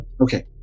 Okay